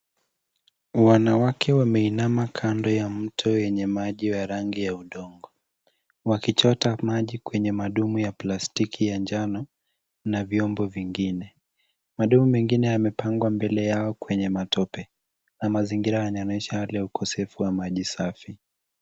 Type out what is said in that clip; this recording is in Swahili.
Wanawake wameinama kando ya mto yenye maji ya rangi ya udongo, wakichota maji kwenye madumu ya plastiki ya njano na vyombo vingine. Madumu mengine yamepangwa mbele yao kwenye matope na mazingira yanaonyesha hali ya ukosefu wa maji safi.